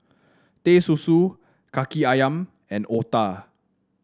Teh Susu kaki ayam and otah